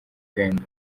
pendo